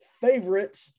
favorite